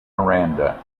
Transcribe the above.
miranda